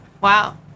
Wow